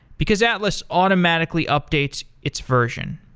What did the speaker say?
because atlas automatically updates its version.